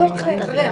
לא, בסדר, אחריה.